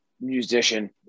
musician